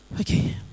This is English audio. Okay